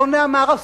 שונא המערב,